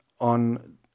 on